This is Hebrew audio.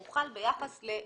אבל הוא חל ביחס ל-2019.